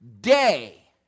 day